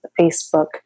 Facebook